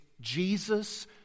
Jesus